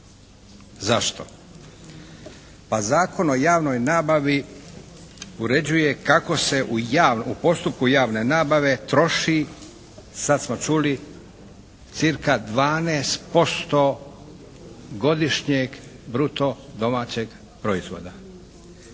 Zašto? Pa Zakon o javnoj nabavi uređuje kako se u postupku javne nabave troši, sad smo čuli cirka 12% godišnjeg bruto domaćeg proizvoda.